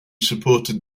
supported